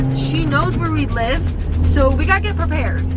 she knows where we live so we gotta get prepared.